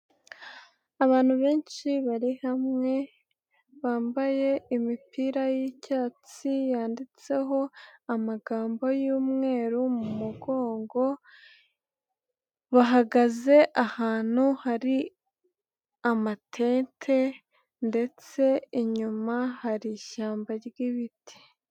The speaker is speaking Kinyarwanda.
Abantu benshi bari hamwe, bambaye imipira y'icyatsi, yanditseho amagambo y'mweru, mu mugongo, bahagaze ahantu hari amatente ndetse inyuma hari ishyamba ry'ibiti.